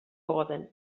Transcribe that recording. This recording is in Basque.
egoten